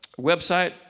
website